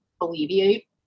alleviate